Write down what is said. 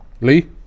Lee